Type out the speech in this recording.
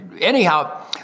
Anyhow